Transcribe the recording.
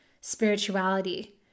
spirituality